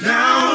Now